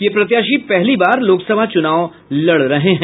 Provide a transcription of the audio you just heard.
ये प्रत्याशी पहली बार लोकसभा चुनाव लड़ रहे हैं